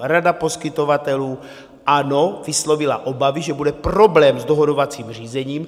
Rada poskytovatelů, ano, vyslovila obavy, že bude problém s dohodovacím řízením.